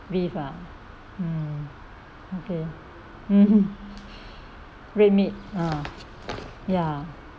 beef ah mm okay mmhmm red meat {ah] ya